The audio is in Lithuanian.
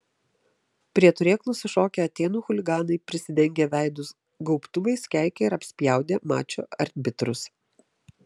prie turėklų sušokę atėnų chuliganai prisidengę veidus gaubtuvais keikė ir apspjaudė mačo arbitrus